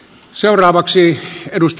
arvoisa puhemies